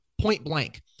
point-blank